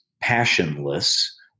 passionless